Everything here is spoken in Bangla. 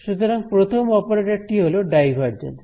সুতরাং প্রথম অপারেটর টি হলো ডাইভারজেন্স